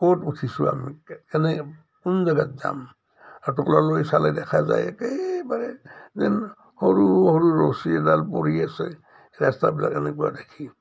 ক'ত উঠিছোঁ আমি কেনে কোন জেগাত যাম আৰু তললৈ চালে দেখা যায় একেবাৰে যেন সৰু সৰু ৰছী এডাল পৰি আছে ৰাস্তাবিলাক এনেকুৱা দেখি